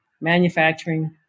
manufacturing